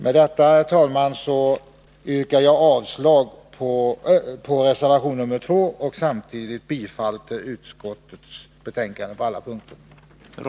Med detta, herr talman, yrkar jag avslag på reservation nr 2 och samtidigt bifall till utskottets hemställan på alla punkter.